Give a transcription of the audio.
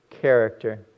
character